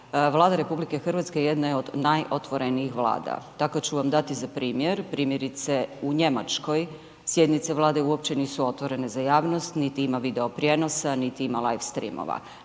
Vlada RH jedna je od najotvorenijih Vlada. Tako ću vam dati za primjer, primjerice u Njemačkoj sjednice Vlade uopće nisu otvorene za javnost, niti ima video prijenosa, niti ima live stream,